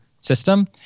system